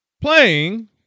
playing